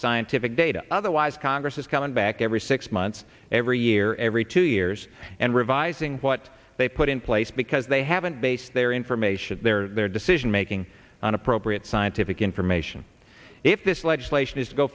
scientific data otherwise congress is coming back every six months every year every two years and revising what they put in place because they haven't based their information their decision making on appropriate scientific information if this legislation is